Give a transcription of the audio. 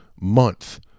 month